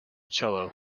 cello